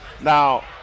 Now